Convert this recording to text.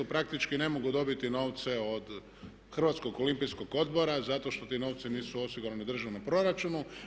Praktički ne mogu dobiti novce od Hrvatskog olimpijskog odbora zato što ti novci nisu osigurani u državnom proračunu.